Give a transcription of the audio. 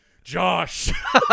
Josh